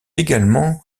également